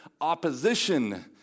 opposition